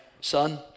son